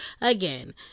again